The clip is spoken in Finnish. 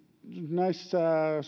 näissä